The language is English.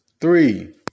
three